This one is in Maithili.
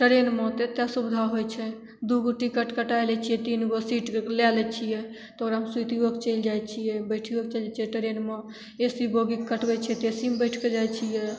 ट्रेनमे तऽ एतेक सुविधा होइ छै दुइ गो टिकट कटै लै छिए तीन गो सीट लै लए छिए तऽ ओकरामे सुतिओके चलि जाइ छिए बैठिओके चलि जाइ छिए ट्रेनमे ए सी बोगीके कटबै छिए तऽ ए सी मे बैठिके जाइ छिए